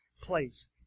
place